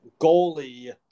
goalie